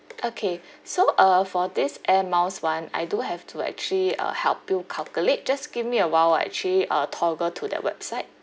okay so uh for this air miles [one] I do have to actually uh help you calculate just give me a while I actually uh toggle to the website